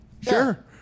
sure